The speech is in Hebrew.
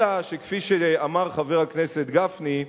אלא כפי שאמר חבר הכנסת גפני,